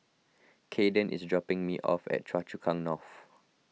Kaden is dropping me off at Choa Chu Kang North